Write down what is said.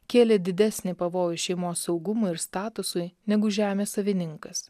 kėlė didesnį pavojų šeimos saugumui ir statusui negu žemės savininkas